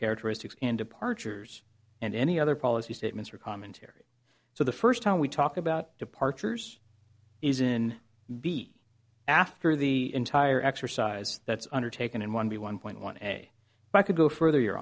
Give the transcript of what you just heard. characteristics and departures and any other policy statements or commentary so the first time we talk about departures is in b after the entire exercise that's undertaken in one b one point one a i could go further your